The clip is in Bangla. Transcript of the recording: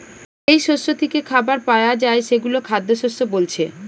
যেই শস্য থিকে খাবার পায়া যায় সেগুলো খাদ্যশস্য বোলছে